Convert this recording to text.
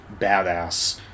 badass